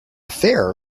fair